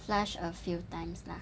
flush a few times lah